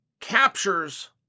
captures